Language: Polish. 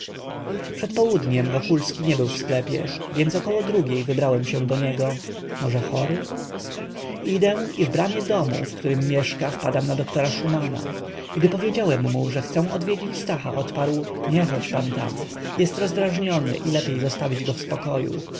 przed południem wokulski nie był w sklepie więc około drugiej wybrałem się do niego może chory idę i w bramie domu w którym mieszka wpadam na doktora szumana gdy powiedziałem mu że chcę odwiedzić stacha odparł nie chodź pan tam jest rozdrażniony i lepiej zostawić go w spokoju